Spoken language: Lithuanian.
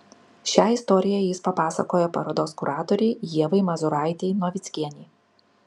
šią istoriją jis papasakojo parodos kuratorei ievai mazūraitei novickienei